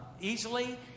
easily